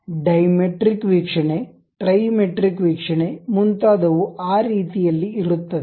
dimetric ವೀಕ್ಷಣೆ trimetric ವೀಕ್ಷಣೆ ಮುಂತಾದವು ಆ ರೀತಿಯಲ್ಲಿ ಇರುತ್ತದೆ